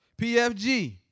PFG